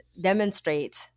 demonstrate